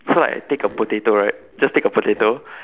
so I take a potato right just take a potato